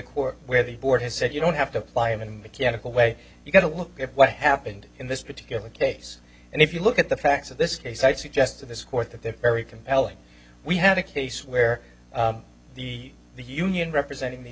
court where the board has said you don't have to apply in mechanical way you've got to look at what happened in this particular case and if you look at the facts of this case i would suggest to this court that they're very compelling we had a case where the the union representing these